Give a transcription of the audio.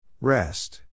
Rest